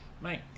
Mate